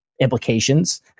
implications